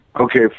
Okay